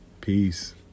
peace